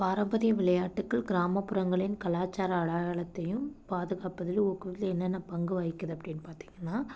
பாரம்பரிய விளையாட்டுக்கள் கிராமப்புறங்களின் காலாச்சார அடையாளத்தையும் பாதுகாப்பதில் ஊக்குவிப்பதில் என்னென்ன பங்கு வகிக்கிது அப்படின்னு பார்த்தீங்கன்னா